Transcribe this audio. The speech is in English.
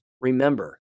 Remember